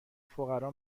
فقرا